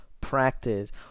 practice